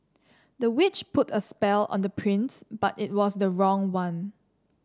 the witch put a spell on the prince but it was the wrong one